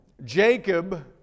Jacob